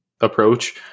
approach